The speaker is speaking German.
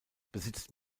besitzt